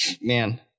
man